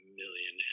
million